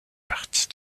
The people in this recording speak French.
partie